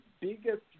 biggest